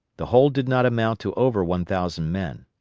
the whole did not amount to over one thousand men.